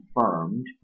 confirmed